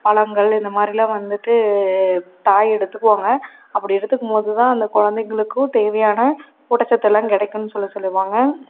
பழங்கள் இந்தமாதிரில்லாம் வந்துட்டு தாய் எடுத்துக்குவாங்க அப்படி எடுத்துக்கும்போது தான் அந்த குழந்தைங்களுக்கும் தேவையான ஊட்டச்சத்தெல்லாம் கிடைக்குன்னு சொல்லி சொல்லுவாங்க